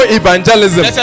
evangelism